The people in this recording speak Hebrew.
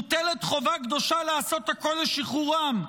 מוטלת חובה קדושה לעשות הכול לשחרורם,